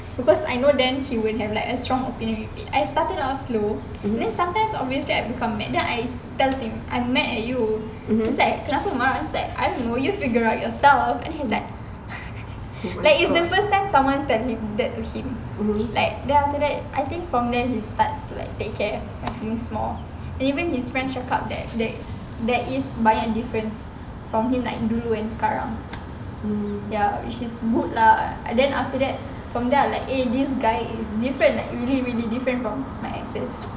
because I know then he will have like a strong opinion with it I started out slow then sometimes obviously I become mad then I tell him I mad at you he's like kenapa marah I was like I don't know you figure out yourself then he's like like it's the first time someone tell him that to him like then after that I think from there he start to take care of feelings more even his friends cakap that there is banyak difference from him dulu and sekarang ya which is good lah then after that from that like eh this guy is different like really really different from my exes